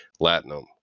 latinum